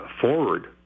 forward